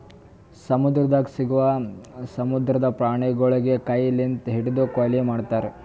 ಸಮುದ್ರದಾಗ್ ಸಿಗವು ಸಮುದ್ರದ ಪ್ರಾಣಿಗೊಳಿಗ್ ಕೈ ಲಿಂತ್ ಹಿಡ್ದು ಕೊಯ್ಲಿ ಮಾಡ್ತಾರ್